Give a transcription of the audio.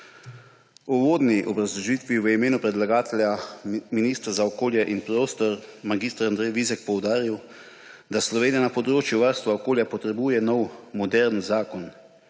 V uvodni obrazložitvi je v imenu predlagatelja minister za okolje in prostor mag. Andrej Vizjak poudaril, da Slovenija na področju varstva okolja potrebuje nov, moderen zakon,